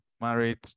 married